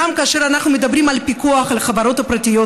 גם כאשר אנחנו מדברים על פיקוח על חברות הפרטיות,